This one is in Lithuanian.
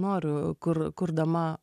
noriu kur kurdama